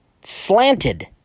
slanted